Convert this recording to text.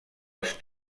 els